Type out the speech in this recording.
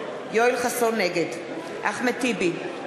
נגד אחמד טיבי,